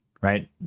right